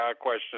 question